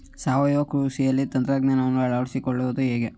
ಸಾವಯವ ಕೃಷಿಯಲ್ಲಿ ತಂತ್ರಜ್ಞಾನವನ್ನು ಅಳವಡಿಸಿಕೊಳ್ಳುವುದು ಹೇಗೆ?